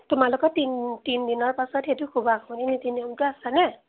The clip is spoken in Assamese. তোমালোকৰ তিনি তিনিদিনৰ পাছত সেইটো খোবা খুবী নীতি নিয়মটো আছেনে